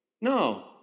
No